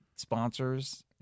Sponsors